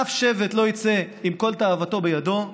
אף שבט לא יצא עם כל תאוותו בידו,